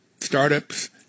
startups